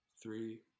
Three